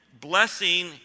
blessing